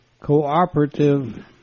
cooperative